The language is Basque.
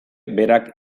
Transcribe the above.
berak